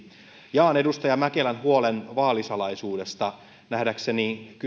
jaan edustaja mäkelän huolen vaalisalaisuudesta nähdäkseni